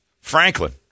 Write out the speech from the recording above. Franklin